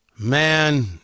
Man